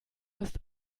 ist